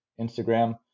Instagram